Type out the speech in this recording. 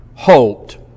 hoped